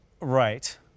Right